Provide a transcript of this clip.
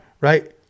Right